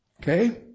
okay